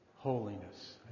Holiness